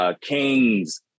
Kings